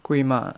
贵 mah